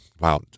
wow